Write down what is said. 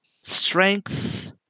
strength